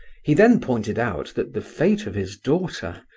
he then pointed out that the fate of his daughter,